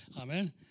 Amen